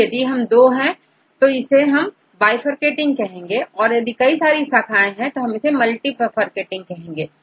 तो यदि यह दो है तो इन्हें bifurcating कहेंगे और यदि कई सारी शाखाएं है तो multifurcating कहेंगे